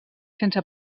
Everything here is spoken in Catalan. sense